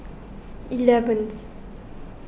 eleventh